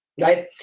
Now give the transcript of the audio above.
right